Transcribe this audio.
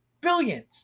Billions